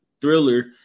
thriller